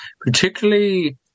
particularly